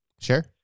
Sure